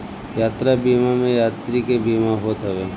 यात्रा बीमा में यात्री के बीमा होत हवे